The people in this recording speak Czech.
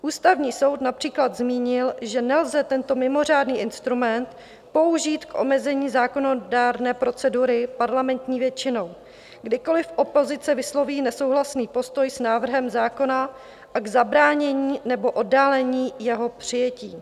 Ústavní soud například zmínil, že nelze tento mimořádný instrument použít k omezení zákonodárné procedury parlamentní většinou, kdykoliv opozice vysloví nesouhlasný postoj s návrhem zákona, a k zabránění nebo oddálení jeho přijetí.